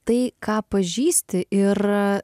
tai ką pažįsti ir